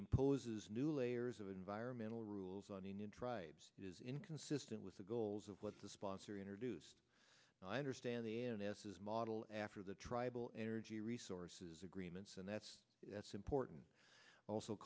imposes new layers of environmental rules on indian tribes is inconsistent with the goals of what the sponsor introduced i understand the n s a s model after the tribal energy resources agreements and that's that's important also